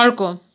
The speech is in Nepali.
अर्को